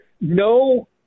no